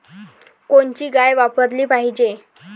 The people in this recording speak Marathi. कोनची गाय वापराली पाहिजे?